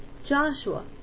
Joshua